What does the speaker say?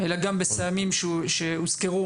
אלא גם בסמים שהושכרו,